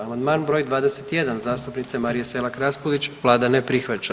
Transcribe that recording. Amandman br. 21 zastupnice Marije Selak Raspudić, Vlada ne prihvaća.